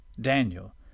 Daniel